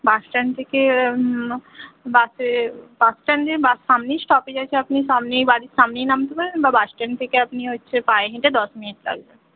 bus stand থেকে বাসে বাসস্ট্যান্ডের সামনেই স্টপেজ আছে আপনি সামনেই বাড়ির সামনেই নামতে পারেন বা বাসস্ট্যান্ড থেকে আপনি হচ্ছে পায়ে হেঁটে দশ মিনিট লাগবে